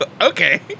okay